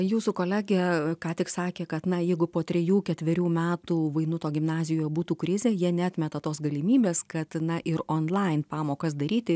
jūsų kolegė ką tik sakė kad na jeigu po trejų ketverių metų vainuto gimnazijoje būtų krizė jie neatmeta tos galimybės kad na ir onlain pamokas daryti